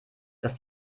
dass